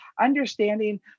understanding